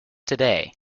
today